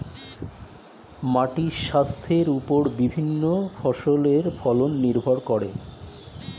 মাটির স্বাস্থ্যের ওপর বিভিন্ন ফসলের ফলন নির্ভর করে